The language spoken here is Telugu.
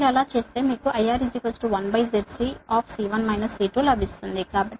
మీరు అలా చేస్తే మీకు IR1ZC లభిస్తుంది